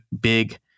big